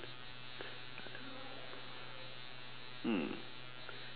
hmm